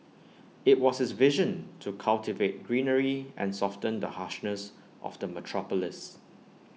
IT was his vision to cultivate greenery and soften the harshness of the metropolis